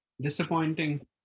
disappointing